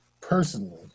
personally